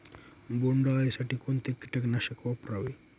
बोंडअळी साठी कोणते किटकनाशक वापरावे?